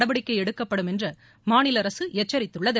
நடவடிக்கை எடுக்கப்படும் என்று மாநில அரசு எச்சரித்துள்ளது